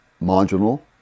marginal